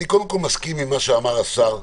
אני מסכים עם מה שאמר השר,